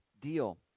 deal